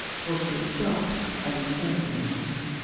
for she stopped, and said no more.